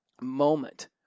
moment